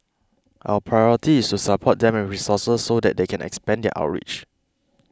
our priority is to support them with resources so that they can expand their outreach